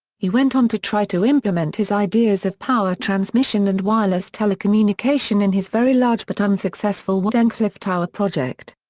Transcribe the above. he went on to try to implement his ideas of power transmission and wireless telecommunication in his very large but unsuccessful wardenclyffe tower project.